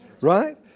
right